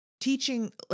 teaching